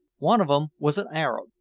one of em was an arab.